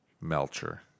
Melcher